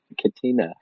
Katina